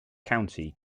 county